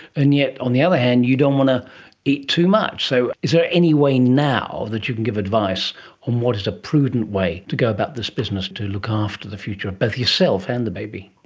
and yet on the other hand you don't want to eat too much. so is there anyway now that you can give advice on what is a prudent way to go about this business to look after the future of both yourself and the baby?